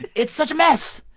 and it's such a mess.